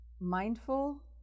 Mindful